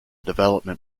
development